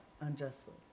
unjustly